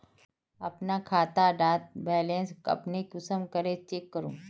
अपना खाता डार बैलेंस अपने कुंसम करे चेक करूम?